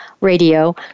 radio